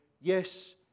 yes